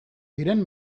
diren